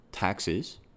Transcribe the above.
Taxes